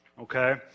Okay